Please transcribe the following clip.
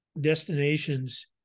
destinations